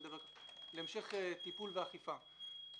טיפול ואכיפה.